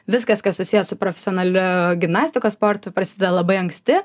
viskas kas susiję su profesionaliu gimnastikos sportu prasideda labai anksti